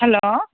hello